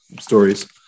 stories